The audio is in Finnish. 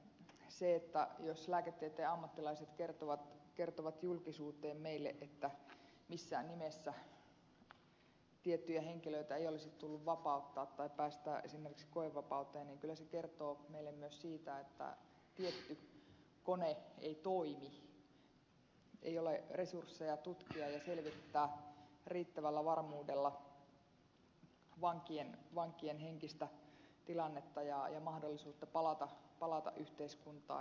se jos lääketieteen ammattilaiset kertovat julkisuuteen meille että missään nimessä tiettyjä henkilöitä ei olisi tullut vapauttaa tai päästää esimerkiksi koevapauteen kyllä kertoo meille myös siitä että tietty kone ei toimi ei ole resursseja tutkia ja selvittää riittävällä varmuudella vankien henkistä tilannetta ja mahdollisuutta palata yhteiskuntaan